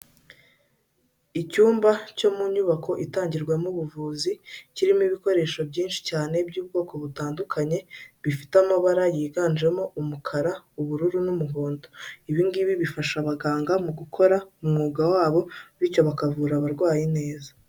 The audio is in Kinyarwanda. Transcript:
Icyumba cyo mu nyubako itangirwamo ubuvuzi, kirimo ibikoresho byinshi cyane by'ubwoko butandukanye, bifite amabara yiganjemo umukara, ubururu n'umuhondo, ibi ngibi bifasha abaganga mu gukora umwuga wabo bityo bakavura abarwayi neza.